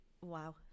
wow